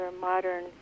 modern